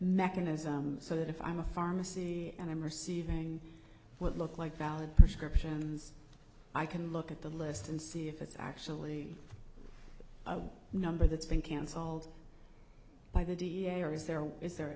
mechanism so that if i'm a pharmacy and i'm receiving what look like valid prescriptions i can look at the list and see if it's actually a number that's been cancelled by the da or is there a is there a